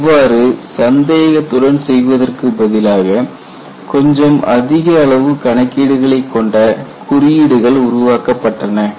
இவ்வாறு சந்தேகத்துடன் செய்வதற்கு பதிலாக கொஞ்சம் அதிக அளவு கணக்கீடுகளை கொண்ட குறியீடுகள் உருவாக்கப்பட்டன